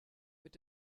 mit